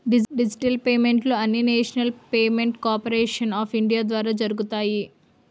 digital పేమెంట్లు అన్నీనేషనల్ payment corporation of India ద్వారా జరుగుతాయి